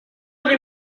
les